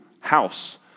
house